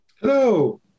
Hello